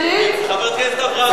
חברת הכנסת אברהם,